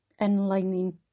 inlining